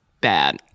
bad